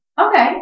Okay